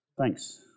Thanks